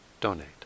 donate